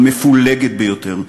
המפולגת ביותר,